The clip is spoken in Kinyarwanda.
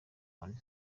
inkoni